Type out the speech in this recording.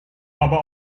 aber